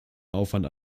aufwand